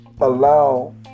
allow